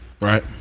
right